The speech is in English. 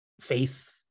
faith